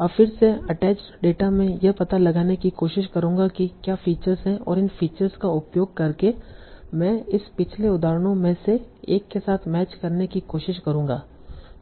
अब फिर से अटैच्ड डेटा मैं यह पता लगाने की कोशिश करूंगा कि क्या फीचर्स हैं और इन फीचर्स का उपयोग करके मैं इस पिछले उदाहरणों में से एक के साथ मैच करने की कोशिश करूंगा